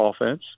offense